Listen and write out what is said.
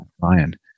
Ryan